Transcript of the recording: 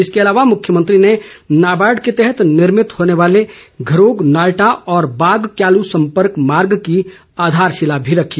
इसके अलावा मुख्यमंत्री ने नाबार्ड के तहत निर्भित होने वाले घरोग नालटा और बाग क्यालू सम्पर्क मार्ग की आधारशिला भी रखी